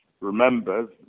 remembers